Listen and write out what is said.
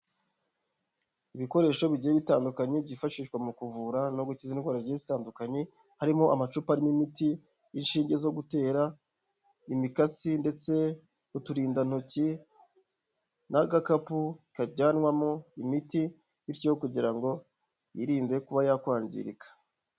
Ibikoresho bigiye bitandukanye byifashishwa mu kuvura no gukiza indwara zigiye zitandukanye, harimo amacupa arimo imiti, inshinge zo gutera, imikasi ndetse n'uturindantoki n'agakapu kajyanwamo imiti bityo kugira ngo yirinde kuba yakwangirika.